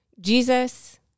Jesus